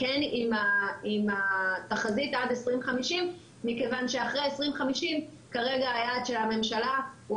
כן עם התחזית עד 2050 מכיוון שאחרי 2050 כרגע היעד של הממשלה הוא